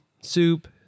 soup